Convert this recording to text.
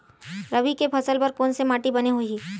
रबी के फसल बर कोन से माटी बने होही?